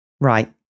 Right